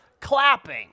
clapping